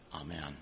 Amen